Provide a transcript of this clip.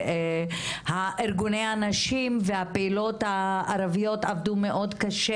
ארגוני הנשים והפעילות הערביות עבדו מאד קשה.